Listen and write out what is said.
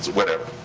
whatever.